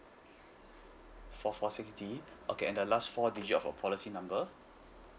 four four six D okay and the last four digit of your policy number